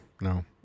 No